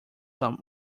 some